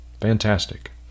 Fantastic